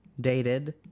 dated